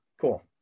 cool